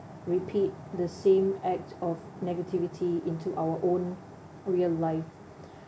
repeat the same act of negativity into our own real life